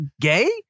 gay